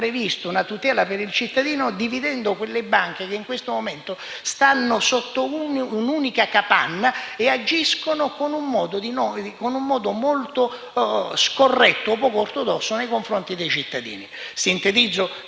previsto una tutela per il cittadino distinguendo quelle banche che in questo momento stanno sotto un'unica capanna e agiscono in un modo molto scorretto o poco ortodosso nei confronti dei cittadini.